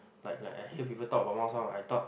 like like I hear people talk about 猫山王:Mao-Shan-Wang I thought